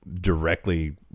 directly